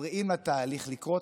מפריעים לתהליך לקרות,